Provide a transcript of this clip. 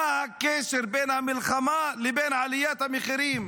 הקשר בין המלחמה לבין עליית המחירים,